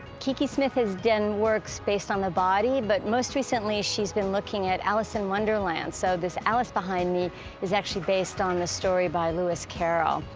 kiki smith has done works based on the body, but most recently, she's been looking at alice in wonderland. so this alice behind me is actually based on the story by lewis carroll.